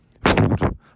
food